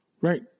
Right